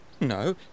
No